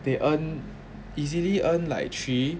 they earn easily earn like three